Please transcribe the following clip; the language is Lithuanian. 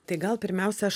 tai gal pirmiausia aš